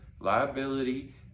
liability